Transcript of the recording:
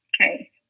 Okay